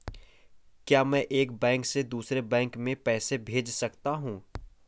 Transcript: क्या मैं एक बैंक से दूसरे बैंक में पैसे भेज सकता हूँ?